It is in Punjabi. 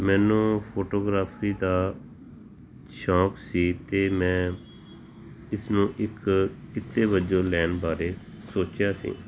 ਮੈਨੂੰ ਫੋਟੋਗ੍ਰਾਫ਼ੀ ਦਾ ਸ਼ੌਕ ਸੀ ਅਤੇ ਮੈਂ ਇਸਨੂੰ ਇੱਕ ਕਿੱਤੇ ਵਜੋਂ ਲੈਣ ਬਾਰੇ ਸੋਚਿਆ ਸੀ